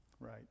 Right